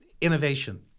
innovation